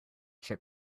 trip